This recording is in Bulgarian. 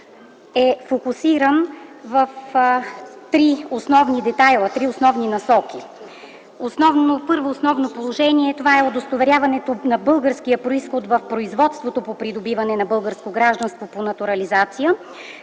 е фокусирана в три основни насоки. Първото основно положение е удостоверяването на българския произход в производството по придобиване на българско гражданство по натурализация,